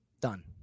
Done